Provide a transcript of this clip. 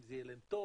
אם זה יהיה להם טוב,